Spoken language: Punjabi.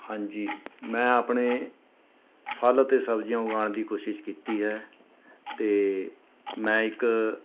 ਹਾਂਜੀ ਮੈਂ ਆਪਣੇ ਫ਼ਲ ਅਤੇ ਸਬਜ਼ੀਆਂ ਉਗਾਉਣ ਦੀ ਕੋਸ਼ਿਸ਼ ਕੀਤੀ ਹੈ ਅਤੇ ਮੈਂ ਇੱਕ